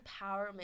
empowerment